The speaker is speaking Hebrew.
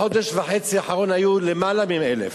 בחודש וחצי האחרונים היו למעלה מ-1,000.